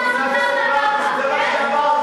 שיגרשו אותנו ואנחנו לא נמשיך לדבר.